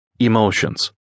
emotions